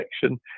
section